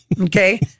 Okay